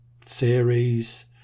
series